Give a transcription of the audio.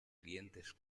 clientes